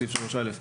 סעיף 3(א),